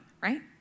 right